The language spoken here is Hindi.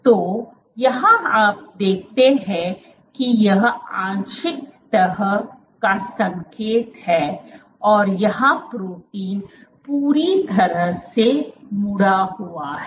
तो यहाँ आप देखते हैं कि यह आंशिक तह का संकेत है और यहाँ प्रोटीन पूरी तरह से मुड़ा हुआ है